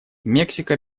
мексика